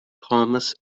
thomas